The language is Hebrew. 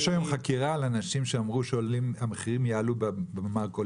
יש היום חקירה על אנשים שאמרו שהמחירים יעלו במרכולים,